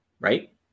right